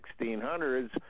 1600s